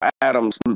Adams